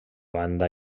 banda